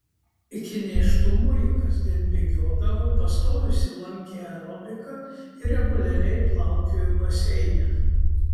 iki nėštumo ji kasdien bėgiodavo pastojusi lankė aerobiką ir reguliariai plaukiojo baseine